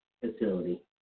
facility